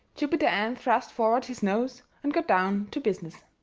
jupiter ann thrust forward his nose and got down to business.